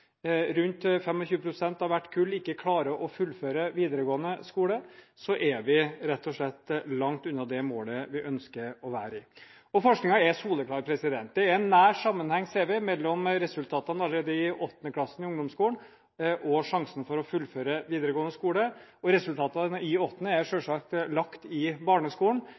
ikke klarer å fullføre videregående skole, er vi rett og slett langt unna det målet der vi ønsker å være. Forskningen er soleklar. Det er en nær sammenheng, ser vi, mellom resultatene allerede i 8. klasse i ungdomsskolen og sjansen for å fullføre videregående skole. Resultatene i 8. klasse er selvsagt lagt i barneskolen,